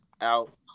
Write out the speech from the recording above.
out